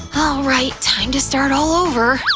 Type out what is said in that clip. alright, time to start all over!